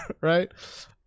Right